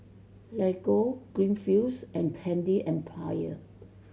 Lego Greenfields and Candy Empire